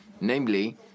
namely